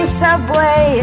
subway